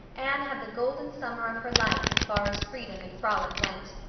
anne had the golden summer of her life as far as freedom and frolic went.